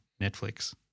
Netflix